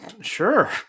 Sure